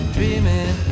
Dreaming